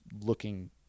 looking